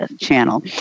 channel